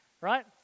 Right